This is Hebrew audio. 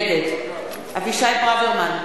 נגד אבישי ברוורמן,